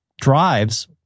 drives